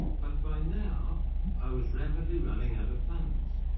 but by now i was rapidly running out of funds,